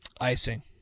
Icing